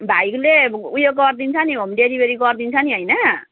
भाइले उयो गरिदिन्छ नि होम डेलिभेरी गरिदिन्छ नि होइन